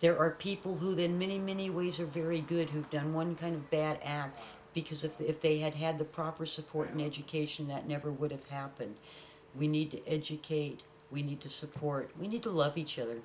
there are people who then many many ways are very good who have done one kind of bad act because if they had had the proper support an education that never would have happened we need to educate we need to support we need to love each other